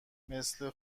مثل